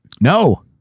No